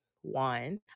one